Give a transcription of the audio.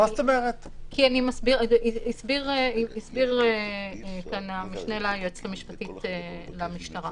כמו שהסבירה כאן המשנה ליועצת המשפטית למשטרה,